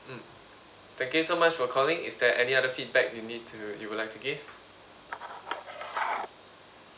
mm thank you so much for calling is there any other feedback you need to you would like to give